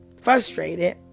frustrated